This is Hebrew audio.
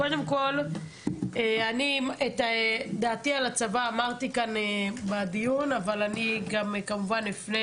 קודם כל אני את דעתי על הצבא אמרתי כאן בדיון אבל אני גם כמובן אפנה